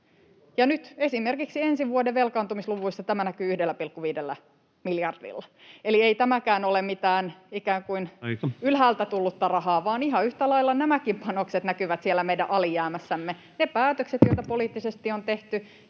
esimerkiksi ensi vuoden velkaantumisluvuissa tämä näkyy 1,5 miljardilla. Eli ei tämäkään ole mitään ikään kuin [Puhemies: Aika!] ylhäältä tullutta rahaa, vaan ihan yhtä lailla nämäkin panokset näkyvät siellä meidän alijäämässämme, ne päätökset, joita poliittisesti on tehty,